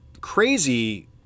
Crazy